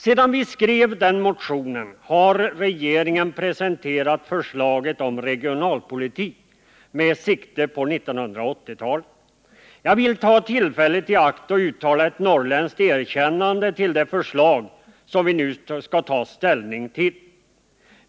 Sedan vi skrev motionen har regeringen presenterat förslaget om regionalpolitik med sikte på 1980-talet. Jag vill ta tillfället i akt och uttala ett norrländskt erkännande för det förslag som vi nu skall ta ställning till.